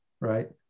right